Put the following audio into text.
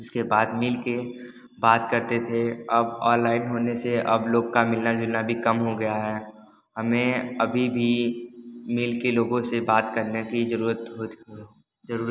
उसके बाद मिल के बात करते थे अब ऑनलाइन होने से अब लोग का मिलना जुलना भी कम हो गया है हमें अभी भी मिल के लोगो से बात करने की जरूरत होती